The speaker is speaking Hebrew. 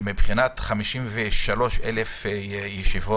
ומבחינת 53,000 פגישות